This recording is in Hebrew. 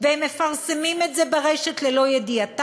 והם מפרסמים את זה ברשת ללא ידיעתה,